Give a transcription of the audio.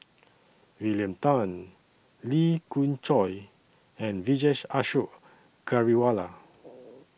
William Tan Lee Khoon Choy and Vijesh Ashok Ghariwala